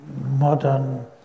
modern